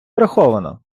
враховано